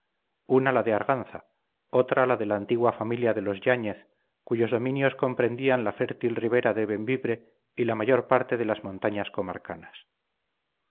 una la de arganza otra la de la antigua familia de los yáñez cuyos dominios comprendían la fértil ribera de bembibre y la mayor parte de las montañas comarcanas